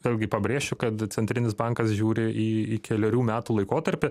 vėlgi pabrėšiu kad centrinis bankas žiūri į į kelerių metų laikotarpį